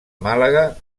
màlaga